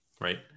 right